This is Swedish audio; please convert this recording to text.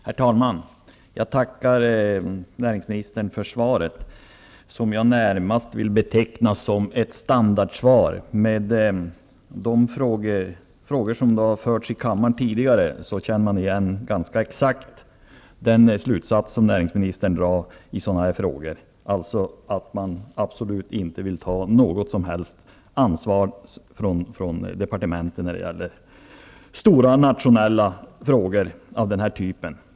Herr talman! Jag tackar näringsministern för svaret, som jag närmast vill beteckna som ett standardsvar. Man känner ganska exakt igen den slutsats som näringsministern drar i sådana här fall från de svar som givits på de frågor som tidigare ställts i kammaren, dvs. att man från departementen absolut inte vill ta något som helst ansvar när det gäller stora nationella frågor av den här typen.